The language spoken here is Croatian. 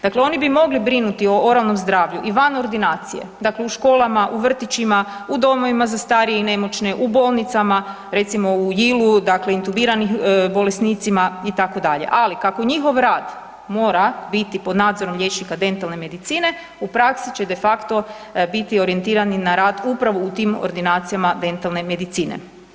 Dakle, oni bi mogli brinuti o oralnom zdravlju i van ordinacije, dakle u školama, u vrtićima, u domovima za starije i nemoćne, u bolnicama, recimo u JIL-u, dakle intubirani bolesnicima itd., ali kako njihov rad mora biti pod nadzorom liječnika dentalne medicine u praksi će de facto biti orijentirani na rad upravo u tim ordinacijama dentalne medicine.